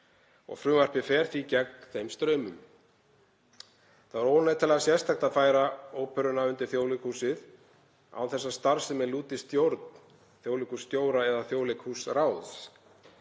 Frumvarpið fer því gegn þeim straumum. Það er óneitanlega sérstakt að færa óperuna undir Þjóðleikhúsið án þess að starfsemin lúti stjórn þjóðleikhússtjóra eða þjóðleikhúsráðs.